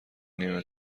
نیمه